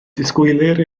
disgwylir